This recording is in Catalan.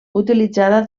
utilitzada